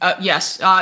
Yes